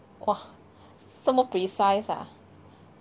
!whoa! 这么 precise ah